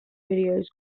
videos